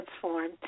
transformed